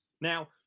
Now